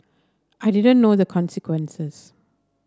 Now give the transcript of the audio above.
I didn't know the consequences